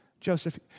Joseph